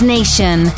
Nation